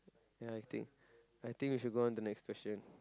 ya I think I think we should go onto next question